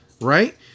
right